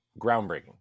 groundbreaking